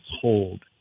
hold